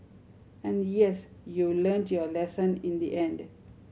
and yes you learnt your lesson in the end